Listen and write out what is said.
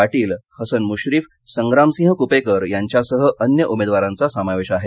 पाटील हसन मुश्रीफ संग्रामसिंह कुपेकर यांच्यासह अन्य उमेदवारांचा समावेश आहे